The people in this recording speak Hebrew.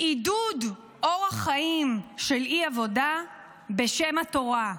עידוד אורח חיים של אי-עבודה בשם התורה,